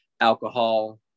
alcohol